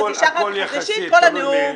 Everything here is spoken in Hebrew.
כבר נשאתי את כל הנאום.